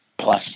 Plus